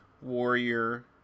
warrior